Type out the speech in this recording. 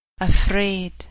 Afraid